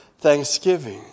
thanksgiving